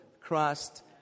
Christ